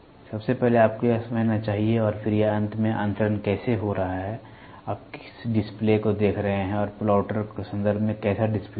सबसे पहले आपको यह समझना चाहिए और फिर यह अंत में अंतरण कैसे हो रहा है आप किस डिस्प्ले को देख रहे हैं और प्लॉटर के संदर्भ में कैसा डिस्प्ले है